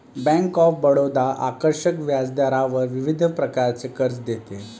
bank of Baroda आकर्षक व्याजदरावर विविध प्रकारचे कर्ज देते